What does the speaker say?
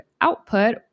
output